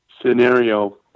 scenario